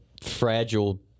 fragile